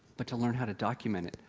but to learn how to document it.